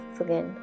again